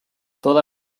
toda